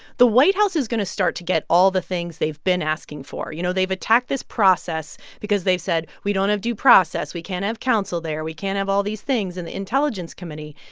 the white house is going to start to get all the things they've been asking for. you know, they've attacked this process because they've said, we don't have due process. we can't have counsel there. we can't have all these things in the intelligence committee.